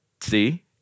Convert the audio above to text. See